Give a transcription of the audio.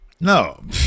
no